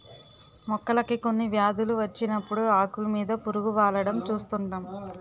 మొక్కలకి కొన్ని వ్యాధులు వచ్చినప్పుడు ఆకులు మీద పురుగు వాలడం చూస్తుంటాం